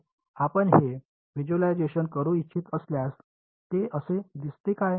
आपण हे व्हिज्युअलायझेशन करू इच्छित असल्यास ते असे दिसते काय